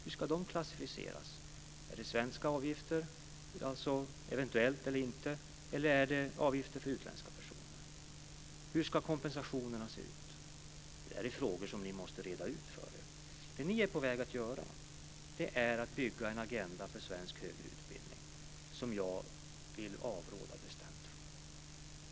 Hur ska de klassificeras? Ska de betala eventuella svenska avgifter eller inte? Ska de betala avgifter för utländska personer? Hur ska kompensationerna se ut? Detta är frågor som ni måste reda ut för er. Ni är på väg att bygga en agenda för svensk högre utbildning som jag bestämt vill avråda ifrån.